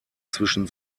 zwischen